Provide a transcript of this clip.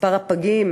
מספר הפגים